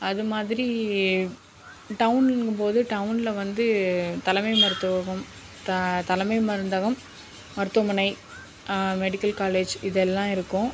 அது மாதிரி டவுனுங்கும் போது டவுனில் வந்து தலைமை மருத்துவகம் த தலைமை மருந்தகம் மருத்துவமனை மெடிக்கல் காலேஜ் இதெல்லாம் இருக்கும்